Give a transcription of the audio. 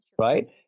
right